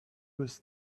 was